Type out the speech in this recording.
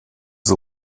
the